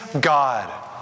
God